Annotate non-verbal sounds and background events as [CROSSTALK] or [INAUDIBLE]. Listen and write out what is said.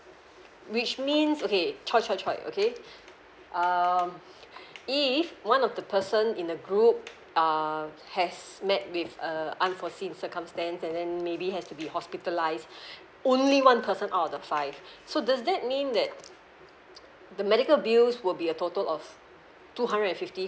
which means okay !choy! !choy! !choy! okay [BREATH] um if one of the person in the group uh has met with err unforeseen circumstance and then maybe has to be hospitalized [BREATH] only one person out of the five so does that mean that [NOISE] the medical bills will be a total of two hundred and fifty